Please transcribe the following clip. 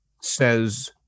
says